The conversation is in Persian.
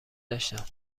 داشتم